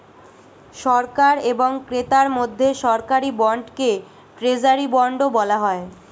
সরকার এবং ক্রেতার মধ্যে সরকারি বন্ডকে ট্রেজারি বন্ডও বলা হয়